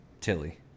tilly